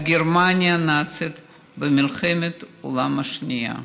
גרמניה הנאצית במלחמת העולם השנייה.